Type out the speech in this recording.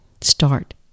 start